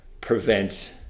prevent –